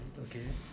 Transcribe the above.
okay